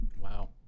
Wow